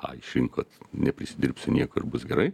a išrinkot neprisidirbsiu nieko ir bus gerai